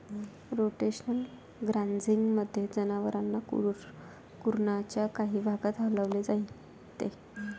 rotational ग्राझिंगमध्ये, जनावरांना कुरणाच्या काही भागात हलवले जाते